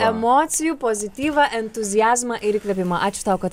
emocijų pozityvą entuziazmą ir įkvėpimą ačiū tau kad